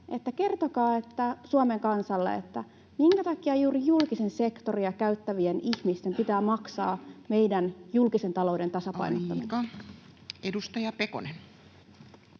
kertokaa Suomen kansalle, minkä takia juuri julkista sektoria käyttävien ihmisten pitää maksaa meidän julkisen talouden tasapainottamisesta.